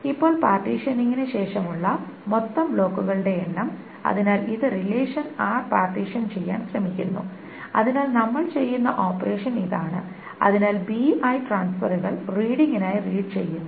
ഇപ്പോൾ പാർട്ടീഷനിങ്ങിന് ശേഷമുള്ള മൊത്തം ബ്ലോക്കുകളുടെ എണ്ണം അതിനാൽ ഇത് റിലേഷൻ r പാർട്ടീഷൻ ചെയ്യാൻ ശ്രമിക്കുന്നു അതിനാൽ നമ്മൾ ചെയ്യുന്ന ഓപ്പറേഷൻ ഇതാണ് അതിനാൽ bi ട്രാൻസ്ഫറുകൾ റീഡിങ്ങിനായി റീഡ് ചെയ്യുന്നു